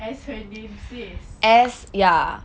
as her name says